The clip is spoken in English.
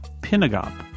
Pinagop